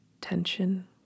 tension